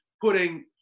putting